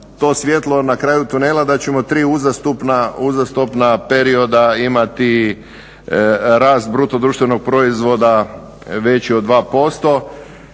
to svjetlo na kraju tunela da ćemo 3 uzastopna perioda imati rast bruto društvenog proizvoda veći od 2%